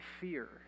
fear